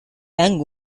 young